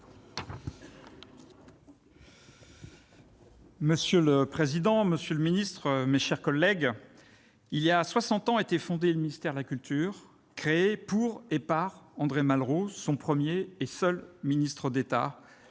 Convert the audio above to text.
Monsieur le président, monsieur le ministre, mes chers collègues, voilà soixante ans était fondé le ministère de la culture. Créé pour et par André Malraux, son premier et seul ministre d'État,